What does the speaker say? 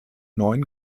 neun